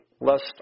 lest